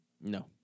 No